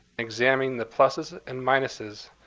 examining the pluses and minuses,